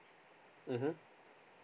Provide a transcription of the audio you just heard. mmhmm